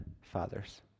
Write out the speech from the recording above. fathers